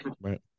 right